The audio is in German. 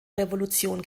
revolution